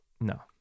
No